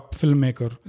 filmmaker